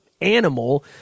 animal